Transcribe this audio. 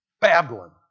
Babylon